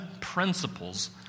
principles